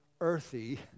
earthy